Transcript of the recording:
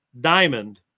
diamond